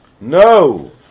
No